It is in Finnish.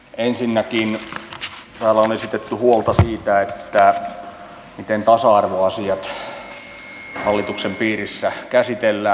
ensinnäkin täällä on esitetty huolta siitä miten tasa arvoasiat hallituksen piirissä käsitellään